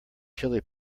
chili